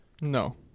No